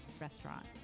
restaurant